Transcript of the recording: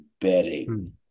betting